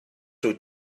wyt